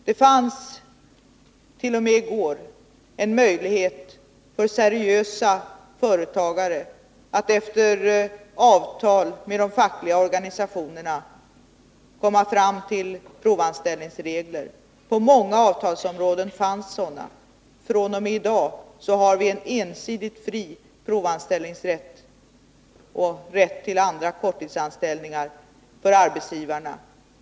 Det fanns t.o.m. gårdagen en möjlighet för seriösa företagare att efter avtal med de fackliga organisationerna komma fram till provanställningsregler, och på många avtalsområden fanns det sådana. fr.o.m. i dag har vi en ensidigt fri provanställningsrätt och en rätt för arbetsgivarna när det gäller andra korttidsanställningar.